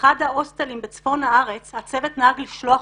מאחד ההוסטלים בצפון הארץ הצוות נהג לשלוח